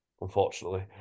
unfortunately